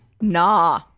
Nah